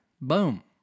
Boom